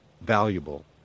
valuable